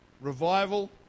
revival